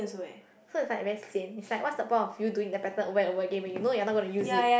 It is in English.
so is like very sian is like what's the point of you doing the pattern over and over again when you know you're not gonna use it